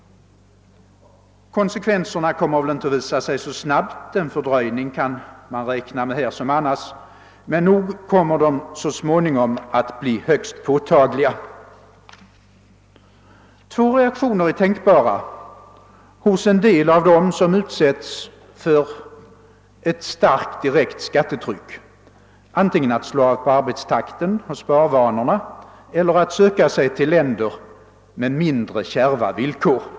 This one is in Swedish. Konsekvenserna kommer väl inte att visa sig så snabbt. Man kan i detta sammanhang liksom annars räkna med en fördröjning, men följderna kommer troligen så småningom att bli högst påtagliga. Två reaktioner är tänkbara hos en del av dem som utsätts för ett starkt direkt skattetryck: antingen att slå av på arbetstakten och sparvanorna eller att söka sig till länder med mindre kärva villkor.